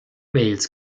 wales